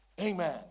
amen